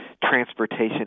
transportation